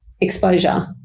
exposure